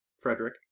Frederick